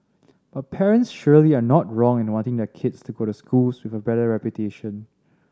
but parents surely are not wrong in wanting their kids to go to schools with a better reputation